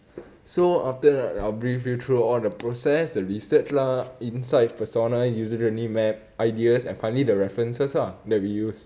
so after that I will brief you through all the process the research lah insights persona users journey map ideas and finally the references ah that we use